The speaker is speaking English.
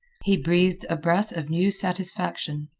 he breathed a breath of new satisfaction.